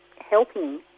helping